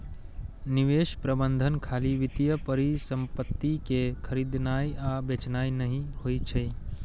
निवेश प्रबंधन खाली वित्तीय परिसंपत्ति कें खरीदनाय आ बेचनाय नहि होइ छै